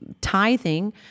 Tithing